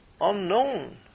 unknown